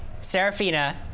Serafina